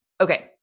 Okay